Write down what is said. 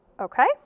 Okay